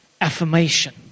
affirmation